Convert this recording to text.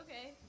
Okay